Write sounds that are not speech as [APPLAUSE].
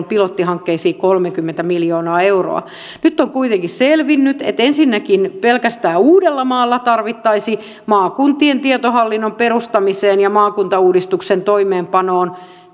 [UNINTELLIGIBLE] pilottihankkeisiin kolmekymmentä miljoonaa euroa nyt on kuitenkin selvinnyt että ensinnäkin pelkästään uudellamaalla tarvittaisiin maakuntien tietohallinnon perustamiseen ja maakuntauudistuksen toimeenpanoon